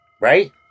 right